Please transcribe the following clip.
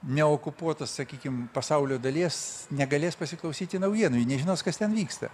neokupuota sakykim pasaulio dalies negalės pasiklausyti naujienų jie nežinos kas ten vyksta